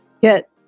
get